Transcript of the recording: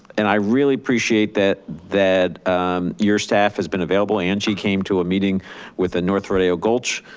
and i really appreciate that that your staff has been available. angie came to a meeting with north rodeo gulch,